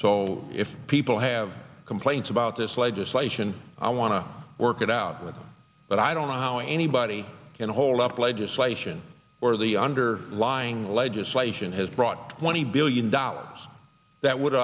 so if people have complaints about this legislation i want to work it out with them but i don't know how anybody can hold up legislation where the under lying legislation has brought twenty billion dollars that would